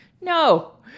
no